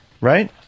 Right